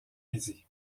midi